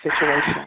situation